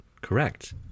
correct